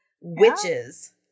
witches